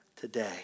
today